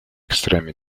extreme